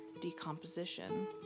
decomposition